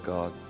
God